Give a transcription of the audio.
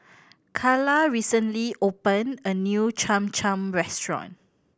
Calla recently opened a new Cham Cham restaurant